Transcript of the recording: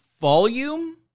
volume